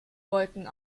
wolken